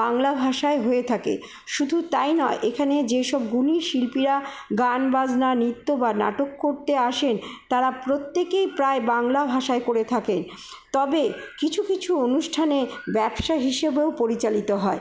বাংলাভাষায় হয়ে থাকে শুধু তাই নয় এখানে যে সব গুণী শিল্পীরা গান বাজনা নৃত্য বা নাটক করতে আসে তারা প্রত্যেকেই প্রায় বাংলা ভাষায় করে থাকেন তবে কিছু কিছু অনুষ্ঠানে ব্যবসা হিসেবেও পরিচালিত হয়